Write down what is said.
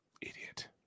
Idiot